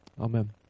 Amen